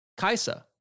Kaisa